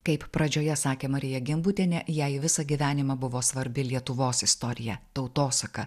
kaip pradžioje sakė marija gimbutienė jai visą gyvenimą buvo svarbi lietuvos istorija tautosaka